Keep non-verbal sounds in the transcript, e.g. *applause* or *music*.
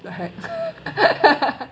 the heck *laughs*